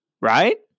right